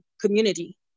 community